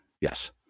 Yes